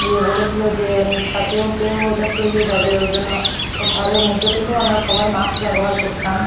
এ বলেছিলো যে নিঃশ্বাসেওতেও এটা ছড়িয়ে যাবে ওই জন্য সব ঘরের মধ্যে থেকেও আমরা সবাই মাস্ক ব্যবহার করতাম